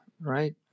right